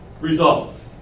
results